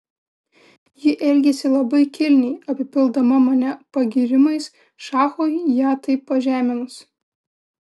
ji elgėsi labai kilniai apipildama mane pagyrimais šachui ją taip pažeminus